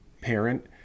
parent